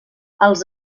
els